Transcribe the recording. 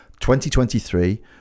2023